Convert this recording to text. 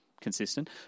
consistent